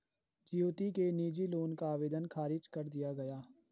ज्योति के निजी लोन का आवेदन ख़ारिज कर दिया गया